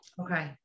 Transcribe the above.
Okay